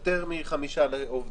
יותר מחמישה עובדים.